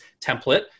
template